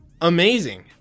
Amazing